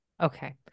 Okay